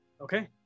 Okay